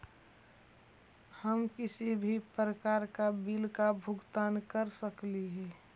हम किसी भी प्रकार का बिल का भुगतान कर सकली हे?